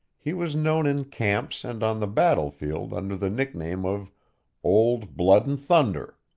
he was known in camps and on the battlefield under the nickname of old blood-and-thunder.